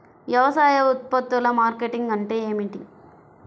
వ్యవసాయ ఉత్పత్తుల మార్కెటింగ్ అంటే ఏమిటి?